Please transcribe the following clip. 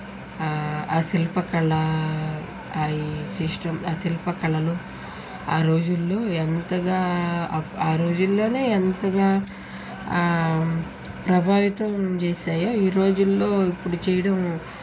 ఆ శిల్ప కళ ఈ సిస్టం ఆ శిల్ప కళలు ఆ రోజుల్లో ఎంతగా ఆ రోజుల్లోనే ఎంతగా ప్రభావితం చేశాయో ఈ రోజుల్లో ఇప్పుడు చెయ్యడం